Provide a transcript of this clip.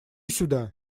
сюда